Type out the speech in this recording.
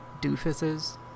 doofuses